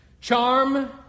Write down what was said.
Charm